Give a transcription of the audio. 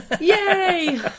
yay